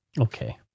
okay